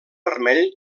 vermell